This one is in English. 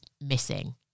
missing